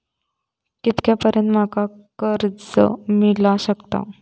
कितक्या पर्यंत माका कर्ज मिला शकता?